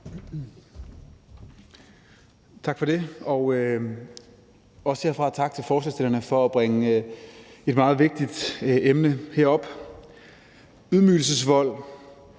Tak for det. Også herfra tak til forslagsstillerne for at bringe et meget vigtigt emne op. Ydmygelsesvold